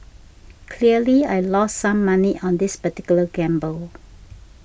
clearly I lost some money on this particular gamble